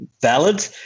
valid